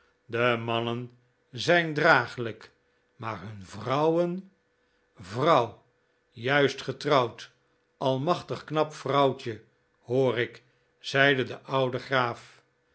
de mannen zijn dragelijk maar hun vrouwen vrouw juist getrouwd allemachtig knap vrouwtje hoor ik zeide de oude graaf